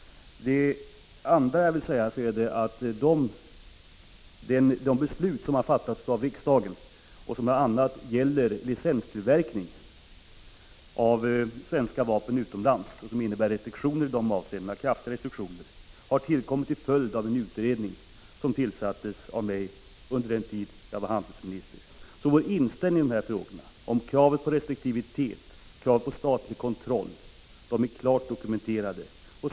Jag vill slutligen säga att det beslut som är fattat av riksdagen och som bl.a. innebär kraftiga restriktioner för licenstillverkning av svenska vapen utomlands har tillkommit till följd av en utredning som tillsattes av mig under den tid då jag var handelsminister. Vår inställning till kravet på restriktivitet och statlig kontroll är således klart dokumenterad.